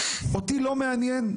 אותי לא מעניין,